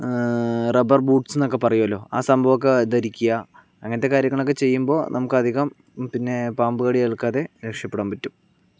rubber boots എന്നൊക്കെ പറയുമല്ലോ ആ സംഭവമൊക്കെ ധരിക്കുക അങ്ങനത്തെ കാര്യങ്ങളൊക്കെ ചെയ്യുമ്പോൾ നമുക്ക് അധികം പിന്നെ പാമ്പുകടി ഏൽക്കാതെ രക്ഷപ്പെടാൻ പറ്റും